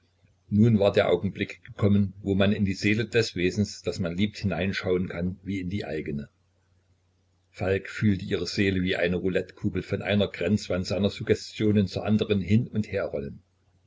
nun war der augenblick gekommen wo man in die seele des wesens das man liebt hineinschauen kann wie in die eigene falk fühlte ihre seele wie eine roulettekugel von einer grenzwand seiner suggestionen zur andern hin und herrollen